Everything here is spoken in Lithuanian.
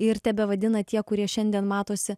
ir tebevadina tie kurie šiandien matosi